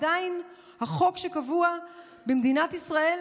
ועדיין החוק שקבוע במדינת ישראל,